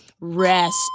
Rest